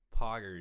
poggers